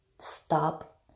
stop